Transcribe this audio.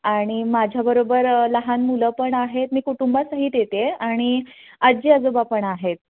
आणि माझ्या बरोबर लहान मुलं पण आहेत मी कुटुंबासहीत येते आहे आणि आजी आजोबा पण आहेत